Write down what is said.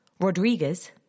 Rodriguez